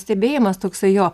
stebėjimas toksai jo